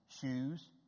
shoes